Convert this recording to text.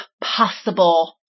possible